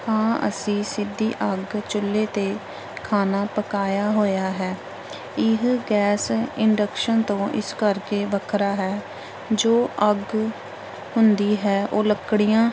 ਹਾਂ ਅਸੀਂ ਸਿੱਧੀ ਅੱਗ ਚੁੱਲ੍ਹੇ 'ਤੇ ਖਾਣਾ ਪਕਾਇਆ ਹੋਇਆ ਹੈ ਇਹ ਗੈਸ ਇੰਡਕਸ਼ਨ ਤੋਂ ਇਸ ਕਰਕੇ ਵੱਖਰਾ ਹੈ ਜੋ ਅੱਗ ਹੁੰਦੀ ਹੈ ਉਹ ਲੱਕੜੀਆਂ